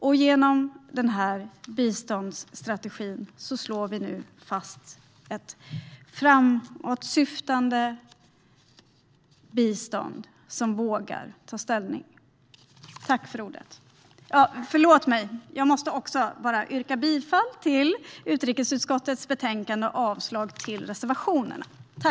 Och genom den här biståndsstrategin slår vi nu fast ett framåtsyftande bistånd som vågar ta ställning. Jag yrkar bifall till utrikesutskottets förslag i betänkandet och avslag på reservationerna.